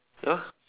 ya